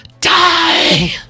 DIE